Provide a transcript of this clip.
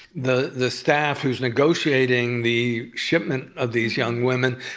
the the staff who's negotiating the shipment of these young women.